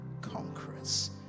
conquerors